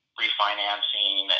refinancing